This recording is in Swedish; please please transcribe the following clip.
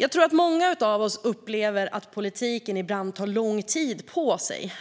Jag tror att många av oss, även vi som sysslar med politik, upplever att politiken ibland tar lång tid på sig.